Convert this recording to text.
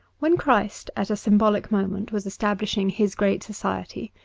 when christ at a symbolic moment was establishing his great society,